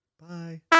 Bye